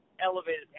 elevated